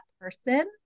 person